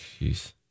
Jeez